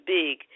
big